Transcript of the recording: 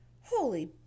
Holy